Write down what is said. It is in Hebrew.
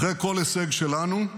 אחרי כל הישג שלנו,